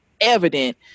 Evident